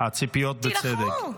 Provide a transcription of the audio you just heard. תילחמו.